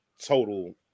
Total